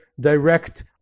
direct